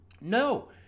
No